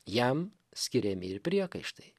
jam skiriami ir priekaištai